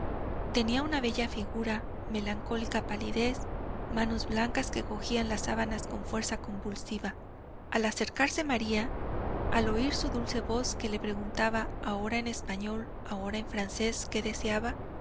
tenía una bella figura melancólica palidez manos blancas que cogían las sábanas con fuerza convulsiva al acercarse maría al oír su dulce voz que le preguntaba ora en español ora en francés qué deseaba